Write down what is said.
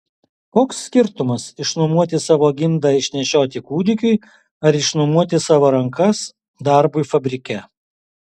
koks skirtumas išnuomoti savo gimdą išnešioti kūdikiui ar išnuomoti savo rankas darbui fabrike